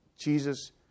Jesus